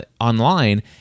online